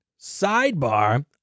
Sidebar